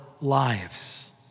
lives